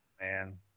Man